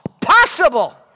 possible